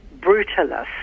brutalist